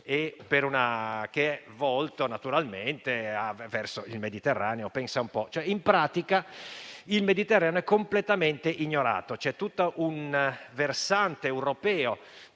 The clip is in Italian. di Napoli volto verso il Mediterraneo. In sostanza, il Mediterraneo è completamente ignorato. C'è tutto un versante europeo